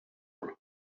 nul